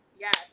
Yes